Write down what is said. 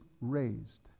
raised